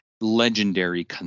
legendary